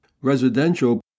Residential